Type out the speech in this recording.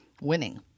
winning